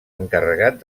encarregat